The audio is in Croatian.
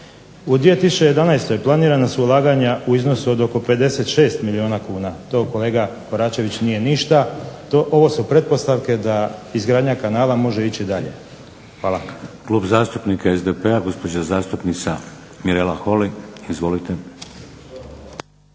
U 2011. Planirana su ulaganja u iznosu od oko 56 milijuna kuna. To kolega KOračević nije ništa, ovo su pretpostavke da izgradnja kanala može ići dalje. Hvala.